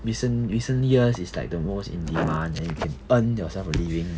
recent recent years is like the most in demand and you can earn yourself a living